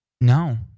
No